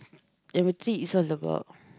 number three is all about